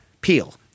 peel